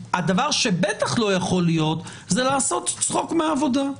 הדבר שבטח לא יכול להיות זה לעשות צחוק מהעבודה.